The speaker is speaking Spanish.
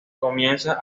comienza